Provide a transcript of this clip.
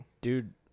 dude